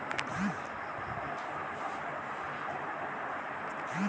न्यायक्षेत्रत स्टाक सेर्टिफ़िकेटेर जरूरत ह छे